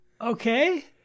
okay